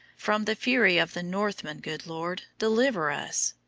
from the fury of the northmen, good lord, deliver us,